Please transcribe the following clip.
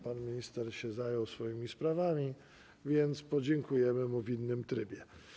Pan minister się zajął swoimi sprawami, więc podziękujemy mu w innym trybie.